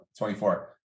24